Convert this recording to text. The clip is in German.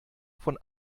von